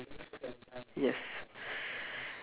yes